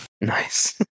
Nice